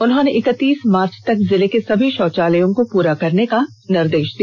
उन्होंने इकतीस मार्च तक जिले के सभी शौचालयों को पूरा करने का निर्देष दिया